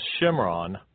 Shimron